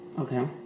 Okay